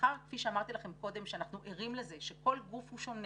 כפי שאמרתי לכם קודם אנחנו ערים לכך שכל גוף הוא שונה